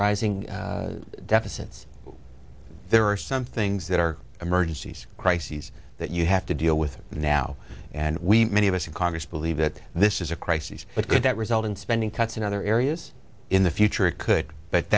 rising deficits there are some things that are emergencies crises that you have to deal with it now and we many of us in congress believe that this is a crises but could that result in spending cuts in other areas in the future it could but